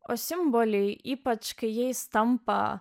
o simboliai ypač kai jais tampa